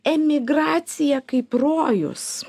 emigracija kaip rojus